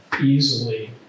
easily